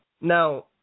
Now